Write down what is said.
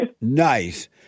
Nice